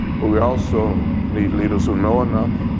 but we also need leaders who know enough,